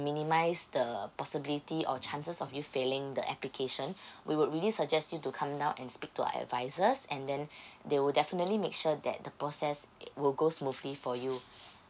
minimise the possibility or chances of you failing the application we would really suggest you to come down and speak to our advisors and then they will definitely make sure that the process uh will go smoothly for you